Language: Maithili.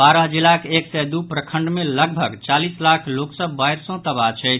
बारह जिलाक एक सय दू प्रखंड मे लगभग चालीस लाख लोक सभ बाढ़ि सँ तबाह छथि